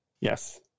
Yes